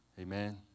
Amen